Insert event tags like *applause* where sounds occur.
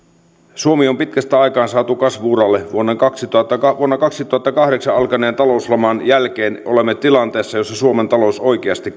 suomi on pitkästä aikaa saatu kasvu uralle vuonna kaksituhattakahdeksan alkaneen talouslaman jälkeen olemme tilanteessa jossa suomen talous oikeasti *unintelligible*